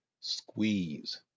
squeeze